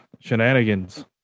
shenanigans